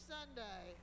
Sunday